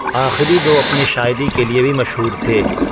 آخری دو اپنی شاعری کے لیے بھی مشہور تھے